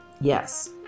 Yes